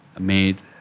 made